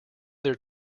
their